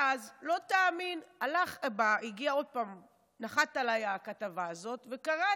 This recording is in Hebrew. ואז, לא תאמין, נחתה עליי הכתבה הזו, וקראתי.